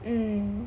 mm